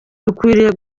rukwiriye